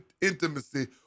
intimacy